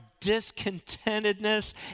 discontentedness